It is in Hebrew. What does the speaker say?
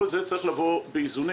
כל זה צריך לבוא באיזונים.